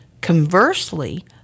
Conversely